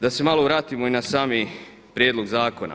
Da se malo vratimo i na sami prijedlog zakona.